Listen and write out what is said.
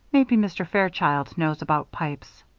maybe mr. fairchild knows about pipes.